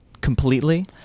completely